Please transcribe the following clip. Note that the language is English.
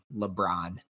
LeBron